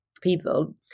people